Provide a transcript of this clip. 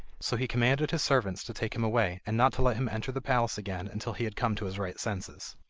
so he commanded his servants to take him away and not to let him enter the palace again until he had come to his right senses.